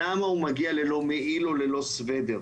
מעיל וללא סוודר?